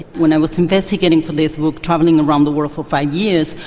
when i was investigating for this, travelling around the world for five years,